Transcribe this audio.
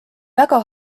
väga